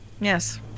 Yes